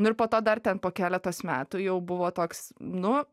nu ir po to dar ten po keletos metų jau buvo toks nu